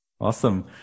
Awesome